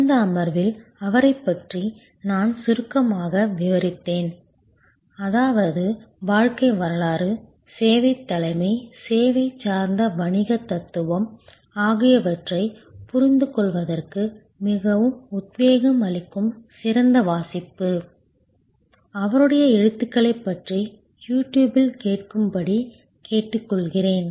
கடந்த அமர்வில் அவரைப் பற்றி நான் சுருக்கமாக விவரித்தேன் அவரது வாழ்க்கை வரலாறு சேவைத் தலைமை சேவை சார்ந்த வணிகத் தத்துவம் ஆகியவற்றைப் புரிந்துகொள்வதற்கு மிகவும் உத்வேகம் அளிக்கும் சிறந்த வாசிப்பு அவருடைய எழுத்துக்களைப் பற்றி யூடியூப்பில் கேட்கும்படி கேட்டுக்கொள்கிறேன்